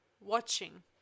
watching